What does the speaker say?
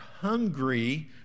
hungry